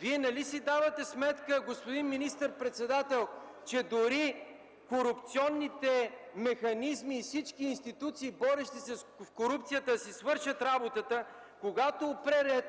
Вие нали си давате сметка, господин министър-председател, че дори корупционните механизми и всички институции, борещи се с корупцията, да си свършат работата, когато опре ред